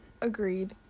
agreed